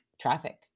traffic